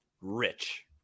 rich